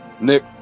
Nick